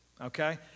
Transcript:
okay